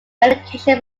medication